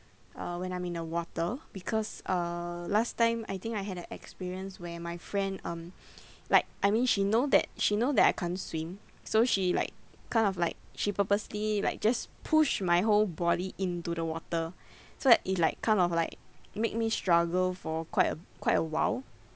uh when I'm in a water because uh last time I think I had a experience where my friend um like I mean she know that she know that I can't swim so she like kind of like she purposely like just pushed my whole body into the water so that it like kind of like made me struggle for quite a quite a while